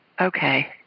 Okay